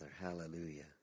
Hallelujah